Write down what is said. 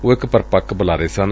ਉਹ ਇਕ ਪਰੱਪੱਕ ਬੁਲਾਰੇ ਸਨ